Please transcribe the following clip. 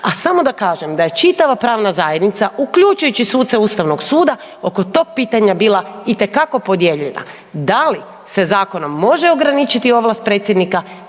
A samo da kažem da je čitava pravna zajednica uključujući suce Ustavnog suda oko tog pitanja bila itekako podijeljena da li se zakonom može ograničiti ovlast predsjednika